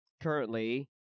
currently